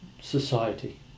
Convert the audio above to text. society